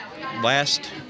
Last